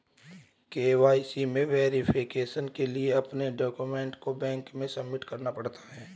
KYC में verification के लिए अपने डाक्यूमेंट को बैंक में सबमिट करना पड़ता है